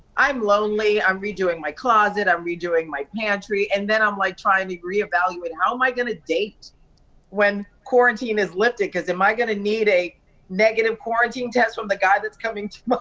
i'm lonely, i'm redoing my closet, i'm redoing my pantry, and then i'm like trying to reevaluate, how am i gonna date when quarantine is lifted, cause am i gonna need a negative quarantine test from the guy that's coming to my